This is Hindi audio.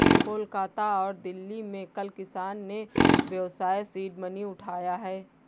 कोलकाता और दिल्ली में कल किसान ने व्यवसाय सीड मनी उठाया है